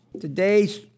Today's